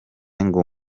ngo